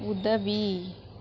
உதவி